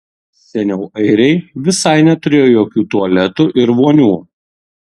seniau airiai visai neturėjo jokių tualetų ir vonių